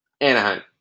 Anaheim